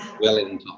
Wellington